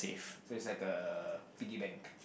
so it's like a piggy bank